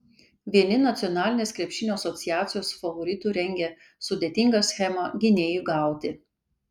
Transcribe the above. vieni nacionalinės krepšinio asociacijos favoritų rengia sudėtingą schemą gynėjui gauti